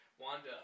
Wanda